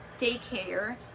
daycare